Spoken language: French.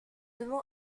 devons